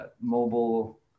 mobile